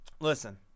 listen